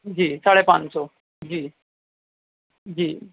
جی ساڑھے پانچ سو جی جی